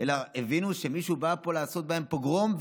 אלא הבינו שמישהו בא פה לעשות בהם פוגרום,